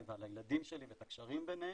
ועל הילדים שלי ואת הקשרים ביניהם.